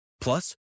Plus